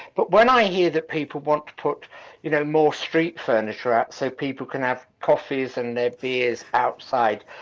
but when i hear that people want to put you know more street furniture out, so people can have coffees and their beers outside.